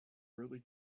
early